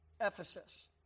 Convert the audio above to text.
Ephesus